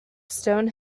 stone